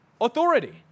authority